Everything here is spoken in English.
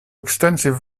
extensive